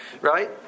Right